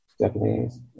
Japanese